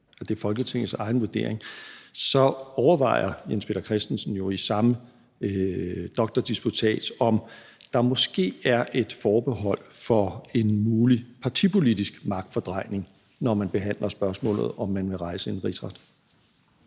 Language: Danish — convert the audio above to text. at det er Folketingets egen vurdering, så overvejer Jens Peter Christensen jo i samme doktordisputats, om der måske er et forbehold for en mulig partipolitisk magtfordrejning, når man behandler spørgsmålet, om man vil rejse en rigsretssag.